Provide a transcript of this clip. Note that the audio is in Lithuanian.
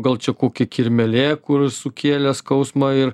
gal čia kokia kirmėlė kur sukėlė skausmą ir